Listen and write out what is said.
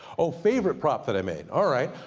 oh favorite prop that i made. alright.